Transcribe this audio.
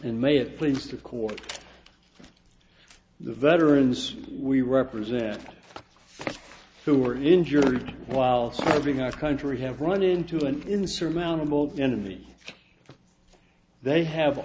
and may it please the court the veterans we represent who were injured while serving our country have run into an insurmountable enemy they have